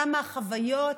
כמה החוויות,